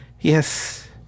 Yes